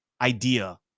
idea